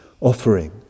offering